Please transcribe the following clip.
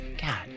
God